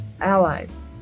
allies